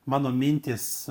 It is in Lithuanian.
mano mintys